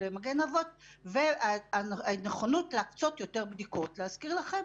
"מגן אבות ואימהות" והנכונות להקצות יותר בדיקות להזכיר לכם,